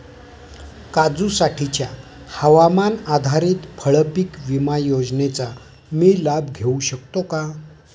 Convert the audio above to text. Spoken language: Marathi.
काजूसाठीच्या हवामान आधारित फळपीक विमा योजनेचा मी लाभ घेऊ शकतो का?